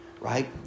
right